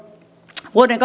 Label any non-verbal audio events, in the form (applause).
vuoden (unintelligible)